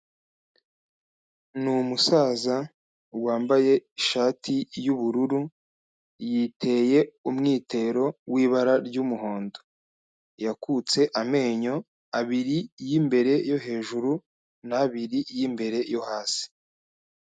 Ni umusaza wambaye ishati y'ubururu yiteye umwitero wibara ry'umuhondo yakutse amenyo abiri y'imbere, yo hejuru n'abiri y'imbere yo hasi.